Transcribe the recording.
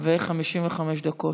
ו-55 דקות.